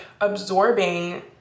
absorbing